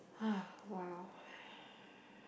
!huh! !wow!